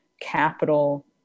capital